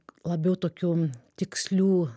labiau tokių tikslių